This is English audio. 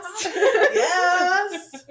Yes